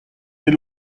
des